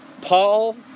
Paul